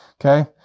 Okay